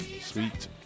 Sweet